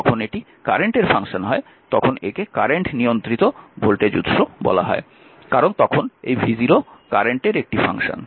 যখন এটি কারেন্টের ফাংশন হয় তখন একে কারেন্ট নিয়ন্ত্রিত ভোল্টেজ উৎস বলা হয় কারণ তখন এই v0 কারেন্টের একটি ফাংশন